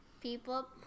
people